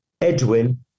Edwin